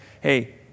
Hey